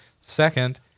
Second